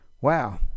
Wow